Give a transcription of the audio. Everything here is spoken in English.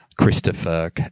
Christopher